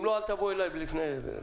אם לא, אל תבואו אליי לפני זה.